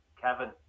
Kevin